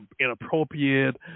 inappropriate